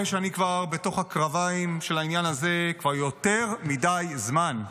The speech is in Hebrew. אחרי שאני בתוך הקרביים של העניין הזה כבר יותר מדי זמן,